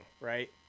right